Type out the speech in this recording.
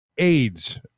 AIDS